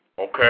Okay